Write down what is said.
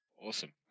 Awesome